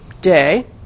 day